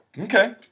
Okay